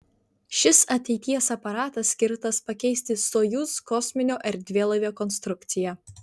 šis ateities aparatas skirtas pakeisti sojuz kosminio erdvėlaivio konstrukciją